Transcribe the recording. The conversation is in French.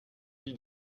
vie